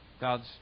God's